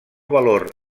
valor